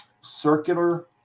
circular